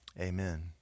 Amen